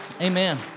amen